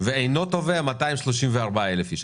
ואינו תובע 234,000 איש,